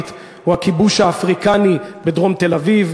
הוא הכיבוש האפריקני בדרום תל-אביב,